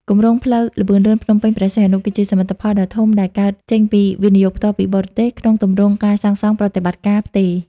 គម្រោងផ្លូវល្បឿនលឿនភ្នំពេញ-ព្រះសីហនុ គឺជាសមិទ្ធផលដ៏ធំដែលកើតចេញពី វិនិយោគផ្ទាល់ពីបរទេស ក្នុងទម្រង់ការសាងសង់-ប្រតិបត្តិការ-ផ្ទេរ។